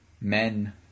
men